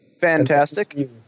Fantastic